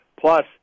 Plus